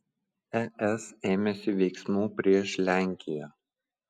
es ėmėsi veiksmų prieš lenkiją